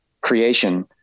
creation